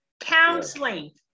counseling